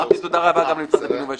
בבקשה.